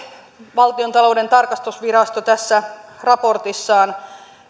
valtiontalouden tarkastusvirasto nosti tässä raportissaan